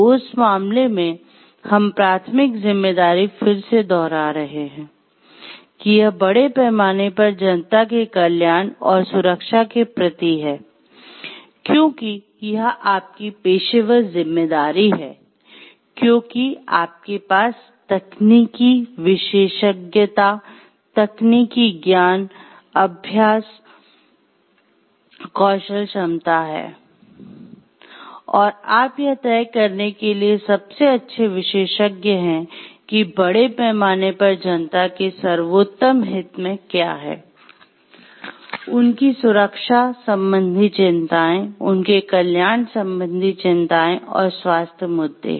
तो उस मामले में हम प्राथमिक जिम्मेदारी फिर से दोहरा रहे हैं कि यह बड़े पैमाने पर जनता के कल्याण और सुरक्षा के प्रति है क्योंकि यह आपकी पेशेवर जिम्मेदारी है क्योंकि आपके पास तकनीकी विशेषज्ञता तकनीकी ज्ञान अभ्यास कौशल क्षमता है और आप यह तय करने के लिए सबसे अच्छे विशेषज्ञ हैं कि बड़े पैमाने पर जनता के सर्वोत्तम हित में क्या है उनकी सुरक्षा संबंधी चिंताएँ उनके कल्याण संबंधी चिंताएं और स्वास्थ्य मुद्दे